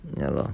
ya lor